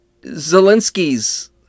Zelensky's